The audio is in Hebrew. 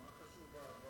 מה חשוב העבר?